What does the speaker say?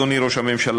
אדוני ראש הממשלה,